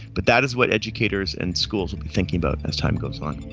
but that is what educators and schools will be thinking about as time goes on.